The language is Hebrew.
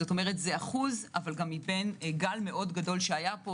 כלומר זה אחוז אבל מבין גל מאוד גדול שהיה פה,